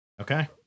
okay